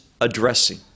addressing